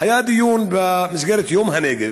היה דיון במסגרת יום הנגב,